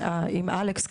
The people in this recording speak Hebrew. אלכס,